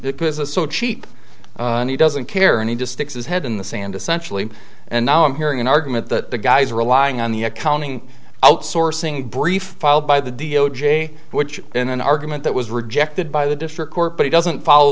because it's so cheap and he doesn't care and he just sticks his head in the sand essentially and now i'm hearing an argument that the guys are relying on the accounting outsourcing brief filed by the d o j witch in an argument that was rejected by the district court but it doesn't follow